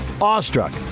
awestruck